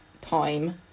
time